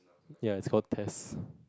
ya it's called test